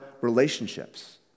relationships